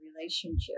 relationship